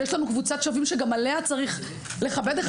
שיש לנו קבוצת שווים שגם עליה צריך לכבד אחד